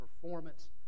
performance